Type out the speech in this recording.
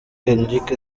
enric